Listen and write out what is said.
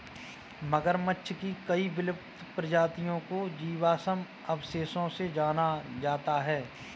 मगरमच्छ की कई विलुप्त प्रजातियों को जीवाश्म अवशेषों से जाना जाता है